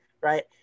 right